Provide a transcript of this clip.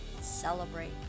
celebrate